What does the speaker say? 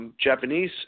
Japanese